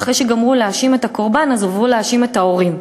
ואחרי שגמרו להאשים את הקורבן עברו להאשים את ההורים: